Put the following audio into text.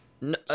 no